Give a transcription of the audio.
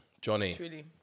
johnny